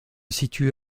situe